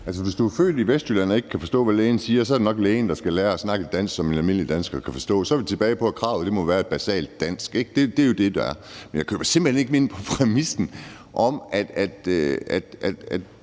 hvis du er født i Vestjylland og ikke kan forstå, hvad lægen siger, så er det nok lægen, der skal lære at snakke et dansk, som en almindelig dansker kan forstå. Så er vi tilbage ved, at kravet må være et basalt dansk, ikke? Jeg køber simpelt hen ikke ind på præmissen om, at